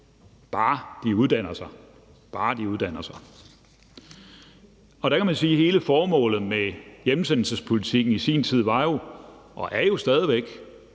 at de kan vende hjem, bare de uddanner sig. Der kan man sige, at hele formålet med hjemsendelsespolitikken i sin tid jo var og stadig væk